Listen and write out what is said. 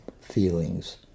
feelings